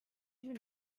you